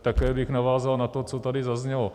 Také bych navázal na to, co tady zaznělo.